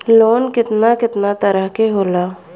Loan केतना केतना तरह के होला?